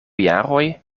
jaroj